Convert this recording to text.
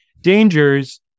Dangers